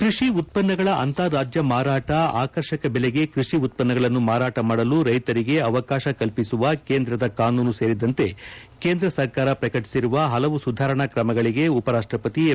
ಕೃಷಿ ಉತ್ಪನ್ನಗಳ ಅಂತಾರಾಜ್ಯ ಮಾರಾಟ ಆಕರ್ಷಕ ಬೆಲೆಗೆ ಕೃಷಿ ಉತ್ಪನ್ನಗಳನ್ನು ಮಾರಾಟ ಮಾಡಲು ರೈತರಿಗೆ ಅವಕಾಶ ಕಲ್ಪಿಸುವ ಕೇಂದ್ರದ ಕಾನೂನು ಸೇರಿದಂತೆ ಕೇಂದ್ರ ಸರ್ಕಾರ ಪ್ರಕಟಿಸಿರುವ ಹಲವು ಸುಧಾರಣಾ ್ರಮಗಳಿಗೆ ಉಪರಾಷ್ಟಪತಿ ಎಂ